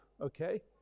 okay